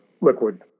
liquid